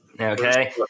Okay